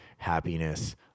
happiness